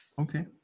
Okay